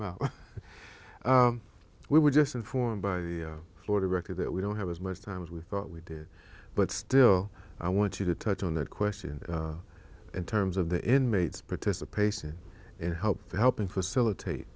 mouth we were just informed by the floor director that we don't have as much time as we thought we did but still i want to touch on that question in terms of the inmates participation and help helping facilitate